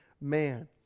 man